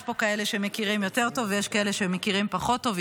יש פה כאלה שמכירים יותר טוב ויש כאלה שמכירים פחות טוב,